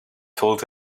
told